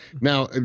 now